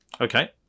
okay